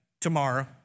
tomorrow